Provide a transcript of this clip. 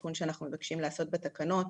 התיקון שאנחנו מבקשים לעשות בתקנון,